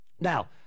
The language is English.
Now